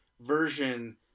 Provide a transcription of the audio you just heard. version